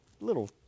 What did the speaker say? little